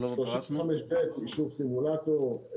35(ב) אישור סימולטור.